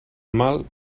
mal